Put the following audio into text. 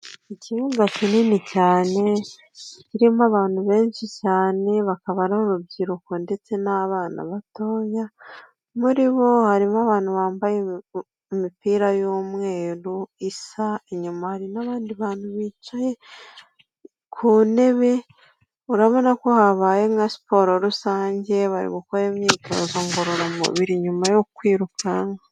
Ikibuga kinini cyane kirimo abantu benshi cyane, bakaba ari urubyiruko ndetse n'abana batoya. Muri bo harimo abantu bambaye imipira y'umweru isa, inyuma hari n'abandi bantu bicaye ku ntebe. Urabona ko habaye nka siporo rusange, bari gukora imyitozo ngororamubiri nyuma yo kwirukanka.